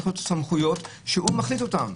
צריכות להיות סמכויות שהוא מחליט אותן.